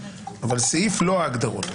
אבל סעיף לא הגדרות,